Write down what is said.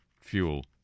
fuel